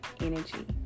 energy